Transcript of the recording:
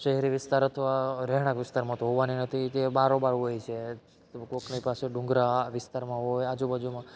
શહેરી વિસ્તાર અથવા તો રહેણાંક વિસ્તારમાં તો હોવાની નથી જે બારોબાર હોય છે તો કોકની પાસે ડુંગરાળ વિસ્તારમાં હોય આજુબાજુમાં